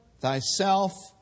thyself